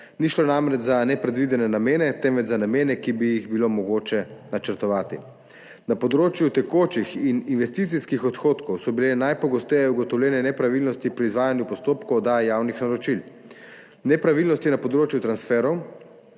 Ni šlo namreč za nepredvidene namene, temveč za namene, ki bi jih bilo mogoče načrtovati. Na področju tekočih in investicijskih odhodkov so bile najpogosteje ugotovljene nepravilnosti pri izvajanju postopkov oddaje javnih naročil. Nepravilnosti na področju transferjev